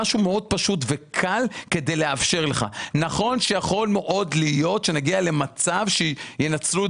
נכון שיכול מאוד להיות שנגיע למצב בו ינצלו את